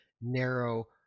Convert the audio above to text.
narrow